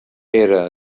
era